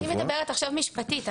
אני מדברת עכשיו מבחינה משפטית.